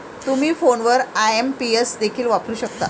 तुम्ही फोनवर आई.एम.पी.एस देखील वापरू शकता